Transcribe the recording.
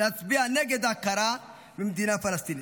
להצביע נגד ההכרה במדינה פלסטינית.